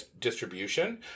distribution